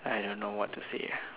I don't know what to say ah